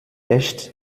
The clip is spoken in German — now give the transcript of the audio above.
echt